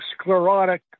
sclerotic